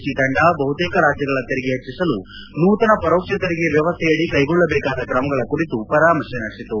T ತಂಡ ಬಹುತೇಕ ರಾಜ್ಯಗಳ ತೆರಿಗೆ ಹೆಚ್ಚಿಸಲು ನೂತನ ಪರೋಕ್ಷ ತೆರಿಗೆ ವ್ಯವಸ್ಥೆಯಡಿ ಕ್ಲೆಗೊಳ್ಳಬೇಕಾದ ತ್ರಮಗಳ ಕುರಿತು ಪರಾಮರ್ಶೆ ನಡೆಬಿತು